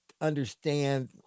understand